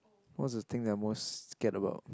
what's the thing that I'm most scared about